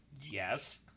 Yes